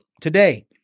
today